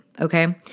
okay